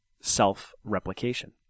self-replication